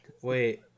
wait